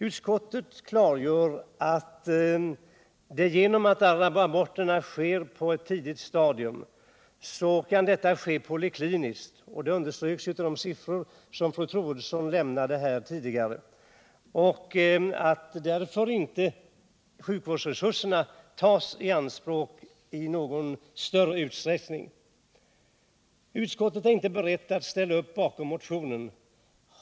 Utskottet klargör att genom att alla aborter sker på ett tidigt stadium kan ingreppen göras polikliniskt — det underströks också av de siffror som fru Troedsson lämnade — och att därför sjukvårdsresurserna inte behöver tas i anspråk i någon större utsträckning. Utskottet är inte berett att ställa upp bakom motionen.